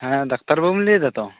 ᱦᱮᱸ ᱰᱟᱠᱛᱟᱨ ᱵᱟᱵᱩᱢ ᱞᱟᱹᱭ ᱮᱫᱟ ᱛᱚ